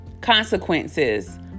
consequences